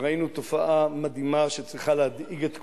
ראינו תופעה מדהימה שצריכה להדאיג את כולנו,